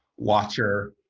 watcher,